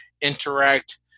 interact